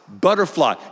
butterfly